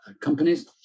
companies